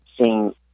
seeing